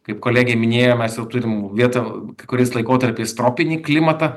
kaip kolegė minėjo mes jau turimų vietų kai kuriais laikotarpiais tropinį klimatą